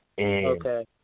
Okay